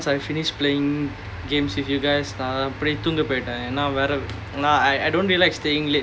ya I mean once I finished playing games if you guys நான் அப்டியே தூங்க போய்ட்டேன்:naan apdiyae thoonga poittaen I I don't really like staying late